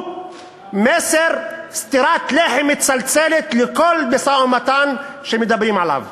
מסר של סטירת לחי מצלצלת לכל משא-ומתן שמדברים עליו.